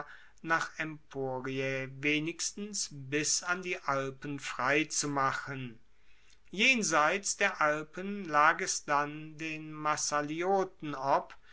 nach emporiae wenigstens bis an die alpen freizumachen jenseits der alpen lag es dann den massalioten ob